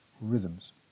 rhythms